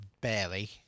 Barely